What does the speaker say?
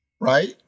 right